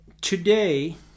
today